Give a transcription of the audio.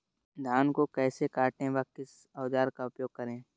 धान को कैसे काटे व किस औजार का उपयोग करें?